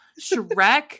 Shrek